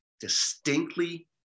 distinctly